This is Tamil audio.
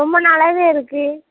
ரொம்ப நாளாகவே இருக்குது